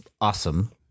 awesome